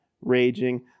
raging